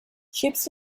ships